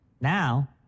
Now